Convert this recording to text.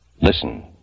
listen